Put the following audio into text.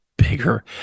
bigger